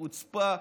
חוצפה.